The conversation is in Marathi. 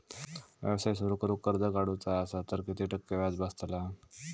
व्यवसाय सुरु करूक कर्ज काढूचा असा तर किती टक्के व्याज बसतला?